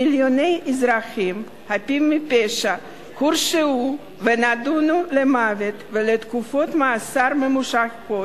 מיליוני אזרחים חפים מפשע הורשעו ונידונו למוות ולתקופות מאסר ממושכות.